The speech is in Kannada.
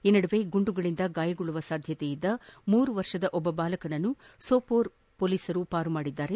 ಈ ನಡುವೆ ಗುಂಡುಗಳಿಂದ ಗಾಯಗೊಳ್ಳುವ ಸಾಧ್ಯತೆಯಿದ್ದ ಮೂರು ವರ್ಷದ ಓರ್ವ ಬಾಲಕನನ್ನು ಸಪೋರೆ ಪೊಲೀಸರು ರಕ್ಷಿಸಿದ್ದಾರೆ